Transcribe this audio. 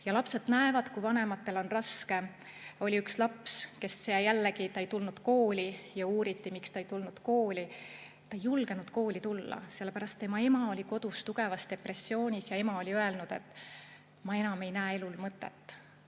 Ja lapsed näevad, kui vanematel on raske. Oli üks laps, kes jällegi ei tulnud kooli ja kui uuriti, miks ta ei tulnud, [siis ta ütles, et] ta ei julgenud kooli tulla, sellepärast et tema ema oli kodus tugevas depressioonis ja oli öelnud, et ta enam ei näe elul mõtet.